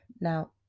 Now